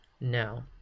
No